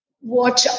watch